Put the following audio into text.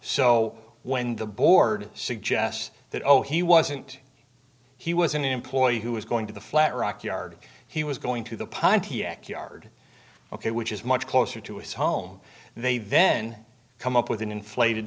so when the board suggests that oh he wasn't he was an employee who was going to the flat rock yard he was going to the pontiac yard ok which is much closer to his home and they then come up with an inflated